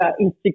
Instagram